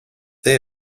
they